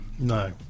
No